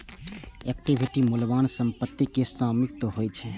equity मूल्यवान संपत्तिक स्वामित्व होइ छै